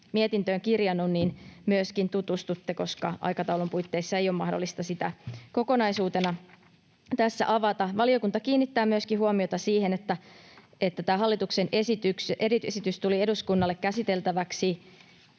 mietintöön kirjannut, myöskin tutustutte, koska aikataulun puitteissa ei ole mahdollista sitä kokonaisuutena tässä avata. Valiokunta kiinnittää myöskin huomiota siihen, että tämä hallituksen esitys tuli eduskunnalle käsiteltäväksi